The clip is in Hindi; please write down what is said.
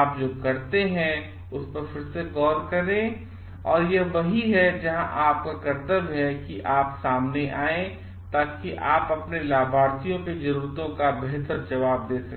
आप जो करते हैं उस पर फिर से गौर करें और यह वही है जहाँ आपका कर्तव्य है कि आप सामने आएं ताकि आप अपने लाभार्थियों की जरूरतों का बेहतर जवाब दे सकें